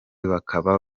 bakaba